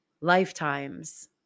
lifetimes